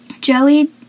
Joey